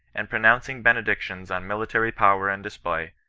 and pronouncing benedictions on military power and display,